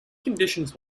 conditions